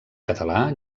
català